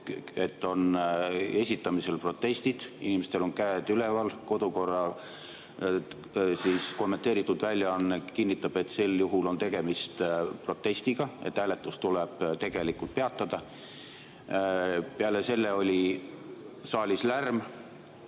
et on esitamisel protestid, inimestel on käed üleval. Kodukorra kommenteeritud väljaanne kinnitab, et sel juhul on tegemist protestiga, et hääletus tuleb tegelikult peatada. Peale selle oli saalis lärm,